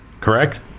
Correct